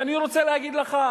ואני רוצה להגיד לך,